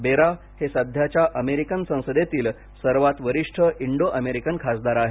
बेरा हे सध्याच्या अमेरिकन संसदेतील सर्वात वरिष्ठ इंडो अमेरिकन खासदार आहेत